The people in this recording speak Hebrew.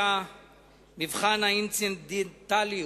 כי מבחן האינצידנטליות,